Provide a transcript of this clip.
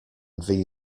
than